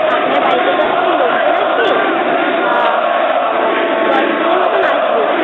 আপনার বাড়িতে তো আজকে লোকজন আসবে তা দশজনের মতন আসবে